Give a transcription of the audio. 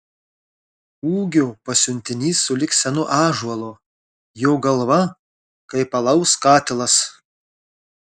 ūgio pasiuntinys sulig senu ąžuolu jo galva kaip alaus katilas